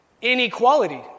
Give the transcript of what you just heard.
inequality